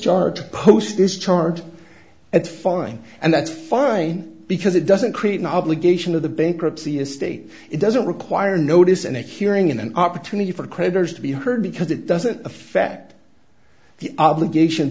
to post this charge at fine and that's fine because it doesn't create an obligation of the bankruptcy estate it doesn't require notice and a hearing in an opportunity for creditors to be heard because it doesn't affect the obligations